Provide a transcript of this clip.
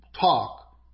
talk